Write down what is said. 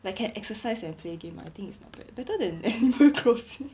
like can exercise and play game I think it's not bad better than animal crossing